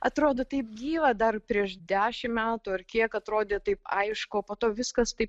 atrodo taip gyva dar prieš dešim metų ar kiek atrodė taip aišku o po to viskas taip